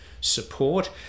support